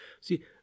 See